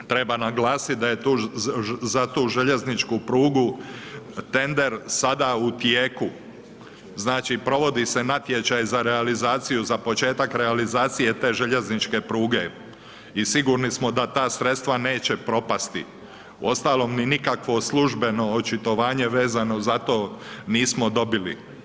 Treba naglasiti da je tu, za tu željezničku prugu tender sada u tijeku, znači provodi se natječaj za realizaciju, za početak realizacije te željezničke pruge, i sigurni smo da ta sredstva neće propasti, uostalom ni nikakvo službeno očitovanje vezano za to nismo dobili.